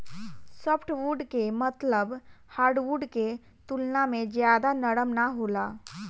softwood के मतलब hardwood के तुलना में ज्यादा नरम ना होला